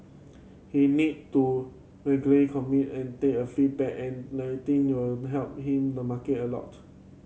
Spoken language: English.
he need to regularly communicate and take a feedback and I think will help him the market a lot